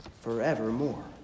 forevermore